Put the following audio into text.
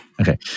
Okay